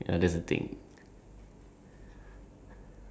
plenty of fields right like all those rice